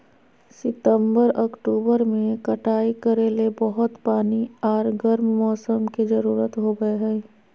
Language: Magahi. सितंबर, अक्टूबर में कटाई करे ले बहुत पानी आर गर्म मौसम के जरुरत होबय हइ